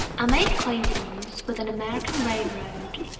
i made acquaintance with an american railroad,